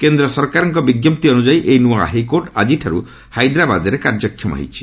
କେନ୍ଦ୍ର ସରକାରଙ୍କ ବିଞ୍ଜପ୍ତି ଅନୁଯାୟୀ ଏହି ନୂଆ ହାଇକୋର୍ଟ ଆଜିଠାରୁ ହାଇଦ୍ରାବାଦରେ କାର୍ଯ୍ୟକ୍ଷମ ହୋଇଛି